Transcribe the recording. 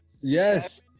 Yes